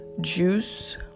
Juice